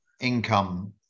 income